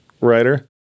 Writer